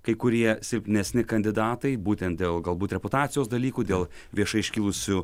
kai kurie silpnesni kandidatai būtent dėl galbūt reputacijos dalykų dėl viešai iškilusių